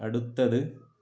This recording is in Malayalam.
അടുത്തത്